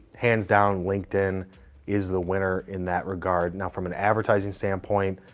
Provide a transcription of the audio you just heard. hands down, linkedin is the winner in that regard. now, from an advertising standpoint,